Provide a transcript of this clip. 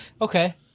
Okay